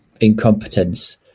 Incompetence